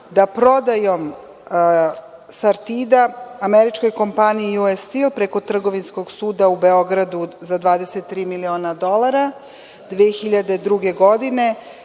da prodajom SARTID-a američkoj kompaniji u „US Stell“ preko Trgovinskog suda u Beogradu za 23 miliona dolara 2002. godine,